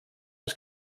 oes